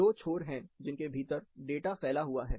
दो छोर हैं जिनके भीतर डेटा फैला हुआ है